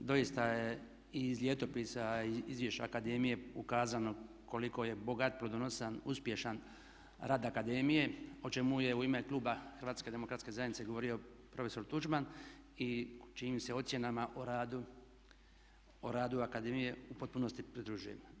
Doista je i iz Ljetopisa i izvješća akademije ukazano koliko je bogat, plodonosan, uspješan rad akademije o čemu je u ime kluba HDZ-a govorio profesor Tuđman i čijim se ocjenama o radu akademije u potpunosti pridružujem.